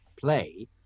play